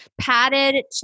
padded